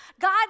God